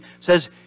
says